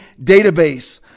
database